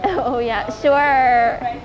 oh ya sure